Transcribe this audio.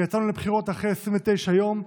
ויצאנו לבחירות אחרי 29 יום.